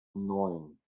neun